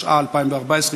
התשע"ה 2014,